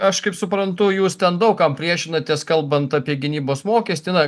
aš kaip suprantu jūs ten daug kam priešinatės kalbant apie gynybos mokestį na